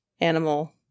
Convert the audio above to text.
animal